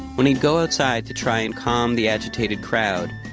when he'd go outside to try and calm the agitated crowd,